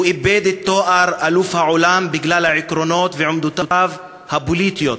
הוא איבד את תואר אלוף העולם בגלל העקרונות ועמדותיו הפוליטיות,